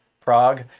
Prague